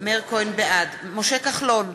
בעד משה כחלון,